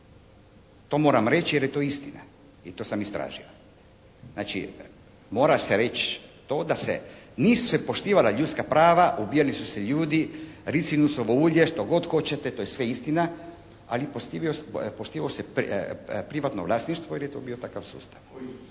To moram reći jer je to istina i to sam istražio. Znači mora se reći to da se, nisu se poštivala ljudska prava, ubijali su se ljudi, ricinusovo ulje, što god hoćete to je sve istina, ali poštivalo se privatno vlasništvo jer je to bio takav sustav.